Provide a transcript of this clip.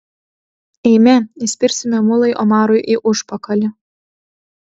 eime įspirsime mulai omarui į užpakalį